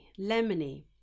lemony